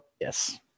yes